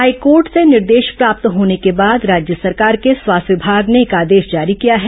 high court से निर्देश प्राप्त होने के बाद राज्य सरकार के स्वास्थ्य विभाग ने एक आदेश जारी किया है